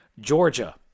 Georgia